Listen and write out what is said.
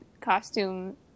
costume